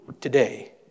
today